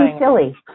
silly